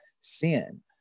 sin